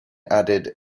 added